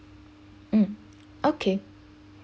um okay